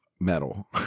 metal